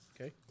Okay